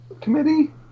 committee